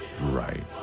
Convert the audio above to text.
Right